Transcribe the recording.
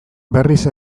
berriz